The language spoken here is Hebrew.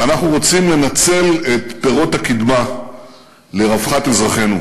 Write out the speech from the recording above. ואנחנו רוצים לנצל את פירות הקדמה לרווחת אזרחינו,